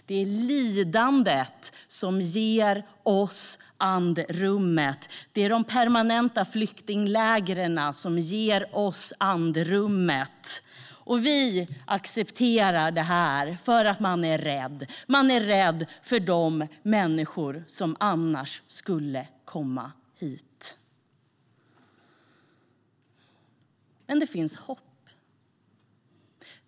Det är lidandet som ger oss andrummet. Det är de permanenta flyktinglägren som ger oss andrummet. Och vi accepterar detta därför att man är rädd. Man är rädd för de människor som annars skulle komma hit. Men det finns hopp.